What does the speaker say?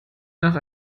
nach